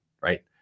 Right